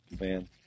Man